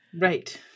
Right